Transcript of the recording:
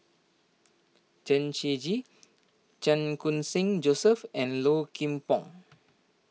Chen Shiji Chan Khun Sing Joseph and Low Kim Pong